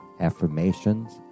affirmations